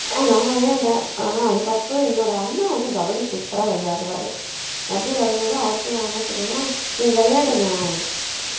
நான் விளையாண்டேன் ஆனால் அதுக்கப்புறம் என்னோட அண்ணா வந்து கபடி சூப்பராக விளையாடுவார் கபடி விளையாடும்போது அவர்கிட்ட நான் என்ன சொன்னேன்னால் நீ விளையாடுண்ணா